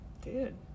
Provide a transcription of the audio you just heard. dude